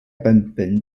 版本